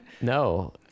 no